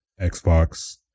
Xbox